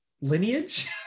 lineage